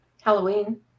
halloween